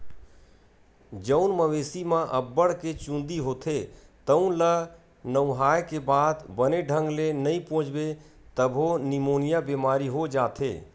जउन मवेशी म अब्बड़ के चूंदी होथे तउन ल नहुवाए के बाद बने ढंग ले नइ पोछबे तभो निमोनिया बेमारी हो जाथे